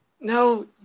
no